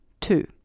Two